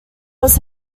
was